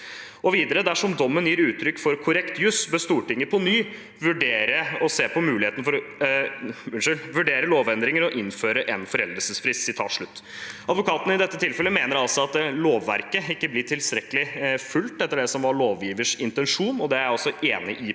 Og videre: «Dersom dommen gir uttrykk for korrekt juss, bør Stortinget på ny vurdere lovendringer og å innføre en foreldelsesfrist.» Advokaten mener i dette tilfellet at lovverket ikke blir tilstrekkelig fulgt, etter det som var lovgivers intensjon, og det er jeg enig i.